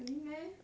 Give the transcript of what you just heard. really meh